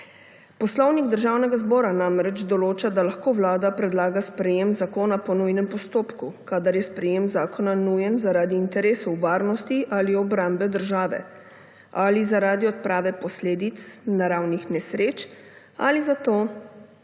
Poslovnik Državnega zbora namreč določa, da lahko vlada predlaga sprejetje zakona po nujnem postopku, kadar je sprejem zakona nujen zaradi interesov varnosti ali obrambe države ali zaradi odprave posledic naravnih nesreč ali za to, da